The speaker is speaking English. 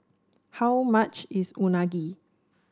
how much is Unagi